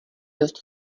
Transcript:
dost